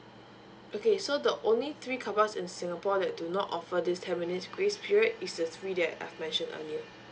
okay so the only three carparks in singapore that do not offer this ten minutes grace period is this three that I've mentioned earlier